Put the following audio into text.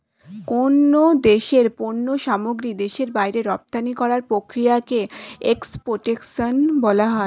কোন দেশের পণ্য সামগ্রী দেশের বাইরে রপ্তানি করার প্রক্রিয়াকে এক্সপোর্টেশন বলা হয়